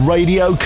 Radio